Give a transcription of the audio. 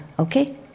Okay